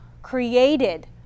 created